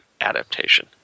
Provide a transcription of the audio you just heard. adaptation